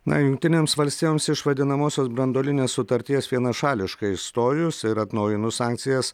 na jungtinėms valstijoms iš vadinamosios branduolinės sutarties vienašališkai išstojus ir atnaujinus sankcijas